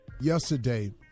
Yesterday